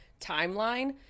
timeline